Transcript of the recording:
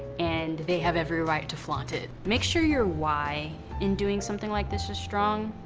and they have every right to flaunt it. make sure you're why in doing something like this is strong.